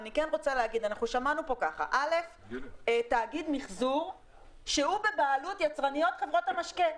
אבל אנחנו שמענו פה על תאגיד מיחזור שהוא בבעלות יצרניות חברות המשקה.